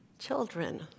Children